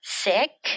sick